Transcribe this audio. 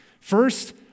First